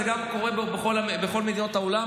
זה גם קורה בכל מדינות העולם,